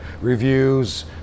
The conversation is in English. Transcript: reviews